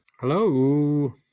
Hello